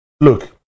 Look